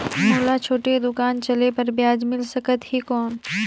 मोला छोटे दुकान चले बर ब्याज मिल सकत ही कौन?